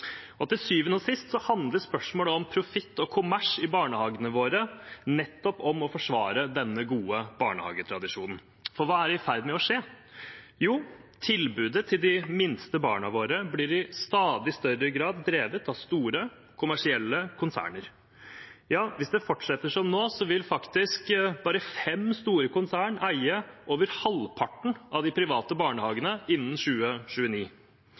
Til syvende og sist handler spørsmålet om profitt og kommers i barnehagene våre nettopp om å forsvare denne gode barnehagetradisjonen. For hva er i ferd med å skje? Jo, tilbudet til de minste barna våre blir i stadig større grad drevet av store kommersielle konserner. Hvis det fortsetter som nå, vil faktisk bare fem store konsern eie over halvparten av de private barnehagene innen 2029.